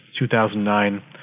2009